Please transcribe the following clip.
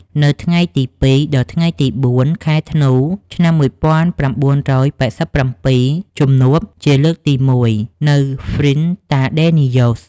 នៅថ្ងៃទី០២ ដល់ថ្ងៃទី០៤ ខែធ្នូ ឆ្នាំ១៩៨៧ ជំនួបជាលើកទី១ នៅ ហ្វ្រីន-តាដេនីយ៉ូស ។